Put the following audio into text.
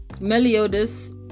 Meliodas